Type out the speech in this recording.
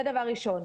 זה דבר ראשון.